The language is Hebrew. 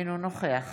אינו נוכח